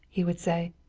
he would say,